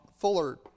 fuller